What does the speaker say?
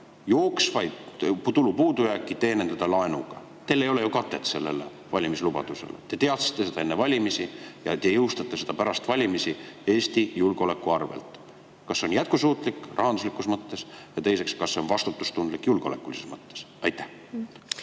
Jooksvat tulu puudujääki teenindada laenuga. Teil ei ole ju katet sellele valimislubadusele. Te teadsite seda enne valimisi ja te jõustate seda pärast valimisi Eesti julgeoleku arvelt. Kas see on jätkusuutlik rahanduslikus mõttes? Ja teiseks, kas see on vastutustundlik julgeolekulises mõttes? Aitäh!